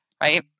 right